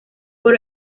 por